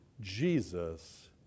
Jesus